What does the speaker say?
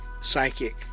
psychic